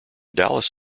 dallas